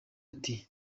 ati